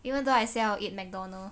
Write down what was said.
eventhough I say I'll eat Mcdonalds